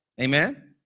amen